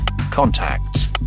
contacts